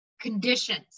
Conditions